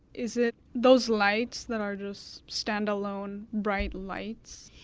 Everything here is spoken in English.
is it those lights that are just standalone bright lights?